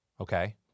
Okay